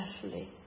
carefully